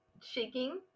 shaking